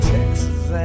Texas